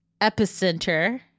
epicenter